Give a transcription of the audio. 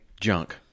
junk